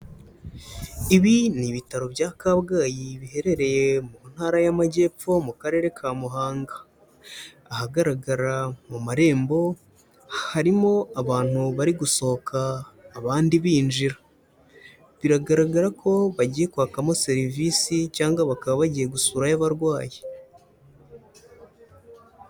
Ibi ni ibitaro bya Kabgayi biherereye mu ntara y'Amajyepfo mu karere ka Muhanga, ahagaragara mu marembo, harimo abantu bari gusohoka abandi binjira, biragaragara ko bagiye kwakamo serivisi cyangwa bakaba bagiye gusurayo abarwayi.